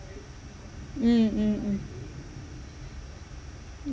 mm mm mm mm